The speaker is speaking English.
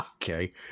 Okay